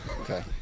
Okay